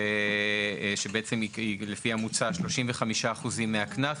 ולפי המוצע היא 35% מהקנס.